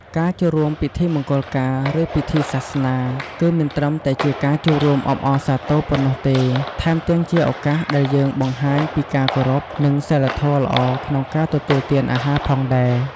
ការចូលរួមពិធីមង្គលការ ឬពិធីសាសនា គឺមិនត្រឹមតែជាការចូលរួមអបអរសាទរប៉ុណ្ណោះទេ ថែមទាំងជាឱកាសដែលយើងបង្ហាញពីការគោរព និងសីលធម៌ល្អក្នុងការទទួលទានអាហារផងដែរ។